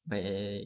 like